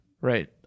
right